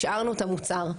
השארנו את המוצר.